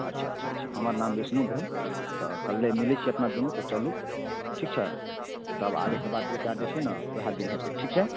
अच्छा अच्छा अच्छा हमर नाम विष्णु भेल तऽ कल्ले मिलै छी अपना दुनू तऽ चलू ठीक छै तब आगेके बात विचार जे छै ने उएह दिन हेतै ठीक छै